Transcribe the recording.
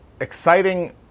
exciting